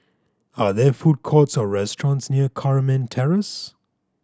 are there food courts or restaurants near Carmen Terrace